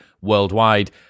worldwide